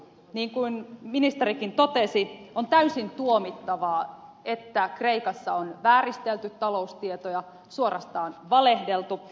niin kuin ministerikin totesi on täysin tuomittavaa että kreikassa on vääristelty taloustietoja suorastaan valehdeltu